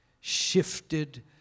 shifted